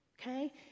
okay